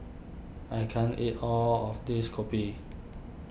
I can't eat all of this Kopi